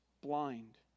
blind